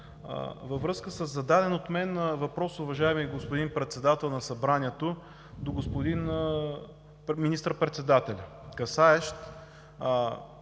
във връзка със зададен от мен въпрос, уважаеми господин Председател на Събранието, до господин министър-председателя, касаещ